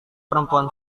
perempuan